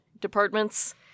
departments